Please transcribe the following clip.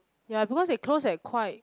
ya because they close at quite